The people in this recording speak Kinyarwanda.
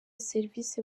serivisi